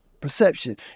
perception